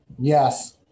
Yes